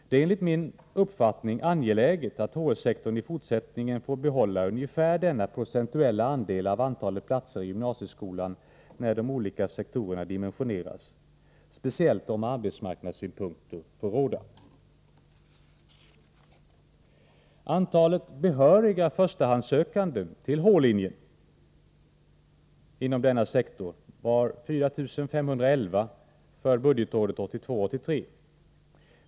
Det är, enligt min uppfattning, angeläget att hs-sektorn i fortsättningen får behålla ungefär denna procentuella andel av antalet platser i gymnasieskolan när de olika sektorerna dimensioneras, speciellt om arbetsmarknadssynpunkter skall få råda. Antalet behöriga förstahandssökande till h-linjen inom denna sektor var 4 511 för budgetåret 1982/83.